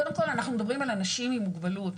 קודם כל אנחנו מדברים על אנשים עם מוגבלות.